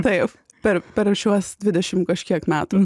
taip per per šiuos dvidešimt kažkiek metų